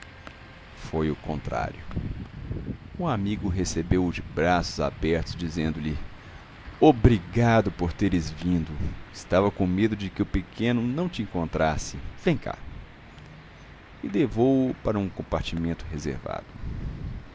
foi o contrário o amigo recebeu-o de braços abertos dizendo-lhe obrigado por teres vindo estava com medo de que o pequeno não te encontrasse vem cá e levou-o para um compartimento reservado